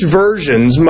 versions